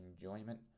enjoyment